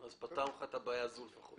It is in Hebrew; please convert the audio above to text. פתרנו לך את הבעיה הזו לפחות.